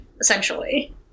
essentially